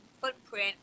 footprint